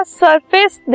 surface